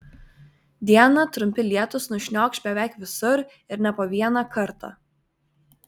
dieną trumpi lietūs nušniokš beveik visur ir ne po vieną kartą